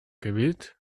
gewillt